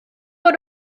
bod